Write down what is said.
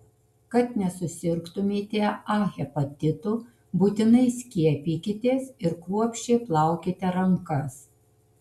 kad nesusirgtumėte a hepatitu būtinai skiepykitės ir kruopščiai plaukite rankas